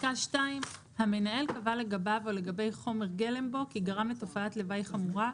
המנהל קבע לגביו או לגבי חומר גלם בו כי גרם לתופעת לוואי חמורה,